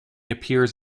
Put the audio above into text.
appears